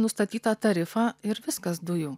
nustatytą tarifą ir viskas dujų